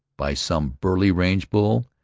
by some burly range-bull,